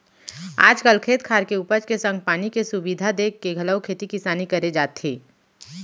आज काल खेत खार के उपज के संग पानी के सुबिधा देखके घलौ खेती किसानी करे जाथे